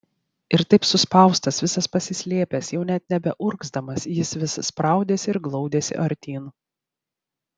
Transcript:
ir taip suspaustas visas pasislėpęs jau net nebeurgzdamas jis vis spraudėsi ir glaudėsi artyn